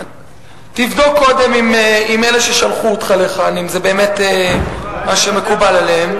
תבדוק קודם עם אלה ששלחו אותך לכאן אם זה באמת מה שמקובל עליהם.